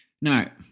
Now